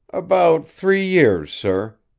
about three years, sir.